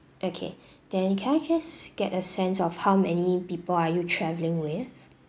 okay then can I just get a sense of how many people are you travelling with